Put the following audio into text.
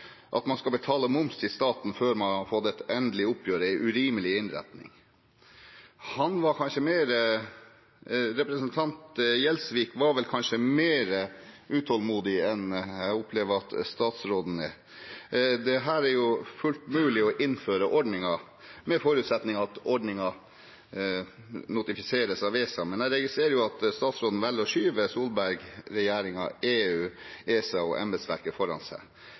man skal betale moms til staten før man har fått et endelig oppgjør, er en urimelig innretning». Representanten Gjelsvik var kanskje mer utålmodig enn jeg opplever at statsråden er. Det er fullt mulig å innføre ordningen, med forutsetningen at ordningen notifiseres av ESA, men jeg registrerer at statsråden velger å skyve Solberg-regjeringen, EU, ESA og embetsverket foran seg.